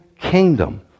kingdom